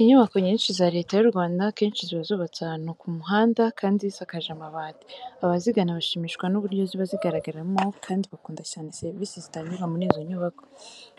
Inyubako nyinshi za Leta y'u Rwanda akenshi ziba zubatse ahantu ku muhanda kandi zisakaje amabati. Abazigana bashimishwa n'uburyo ziba zigaragaramo kandi bakunda cyane serivise zitangirwa muri izo nyubako.